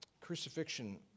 Crucifixion